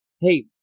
hey